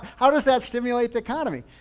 how does that stimulate the economy?